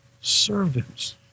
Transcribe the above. servants